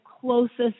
closest